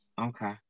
okay